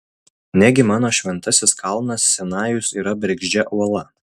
negi mano šventasis kalnas sinajus yra bergždžia uola